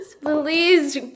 Please